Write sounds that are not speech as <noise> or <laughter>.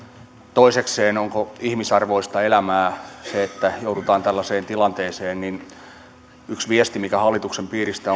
toisekseen onko ihmisarvoista elämää se että joudutaan tällaiseen tilanteeseen yksi viesti hallituksen piiristä <unintelligible>